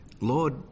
Lord